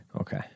Okay